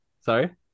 Sorry